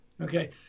Okay